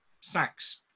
sacks